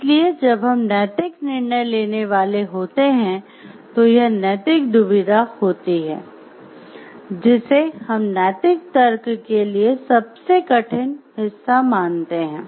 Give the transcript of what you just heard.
इसलिए जब हम नैतिक निर्णय लेने वाले होते हैं तो यह नैतिक दुविधा होती है जिसे हम नैतिक तर्क के लिए सबसे कठिन हिस्सा मानते हैं